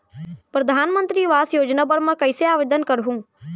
परधानमंतरी आवास योजना बर मैं कइसे आवेदन करहूँ?